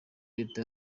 leta